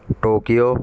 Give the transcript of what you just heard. Tokyo